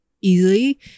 easily